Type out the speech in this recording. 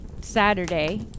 Saturday